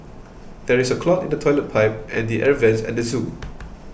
there is a clog in the Toilet Pipe and the Air Vents at zoo